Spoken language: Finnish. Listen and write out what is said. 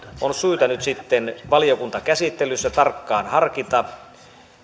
on syytä nyt valiokuntakäsittelyssä tarkkaan harkita